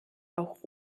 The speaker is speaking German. auch